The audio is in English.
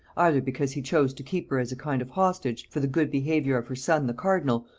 either because he chose to keep her as a kind of hostage for the good behaviour of her son the cardinal,